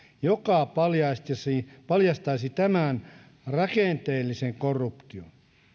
joka paljastaisi paljastaisi tämän rakenteellisen korruption